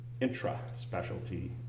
intra-specialty